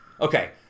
okay